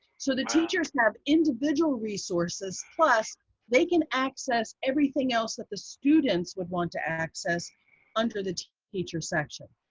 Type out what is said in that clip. so the teachers have individual resources plus they can access everything else that the students would want to access under the teacher section.